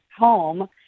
home